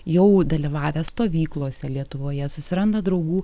jau dalyvavę stovyklose lietuvoje susiranda draugų